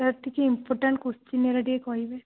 sir ଟିକେ important question ଗୁଡ଼ା ଟିକେ କହିବେ